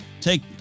take